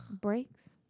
Breaks